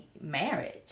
marriage